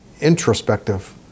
introspective